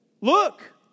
Look